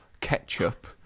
ketchup